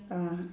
ah